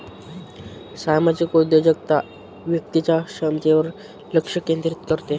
सामाजिक उद्योजकता व्यक्तीच्या क्षमतेवर लक्ष केंद्रित करते